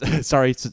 Sorry